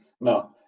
no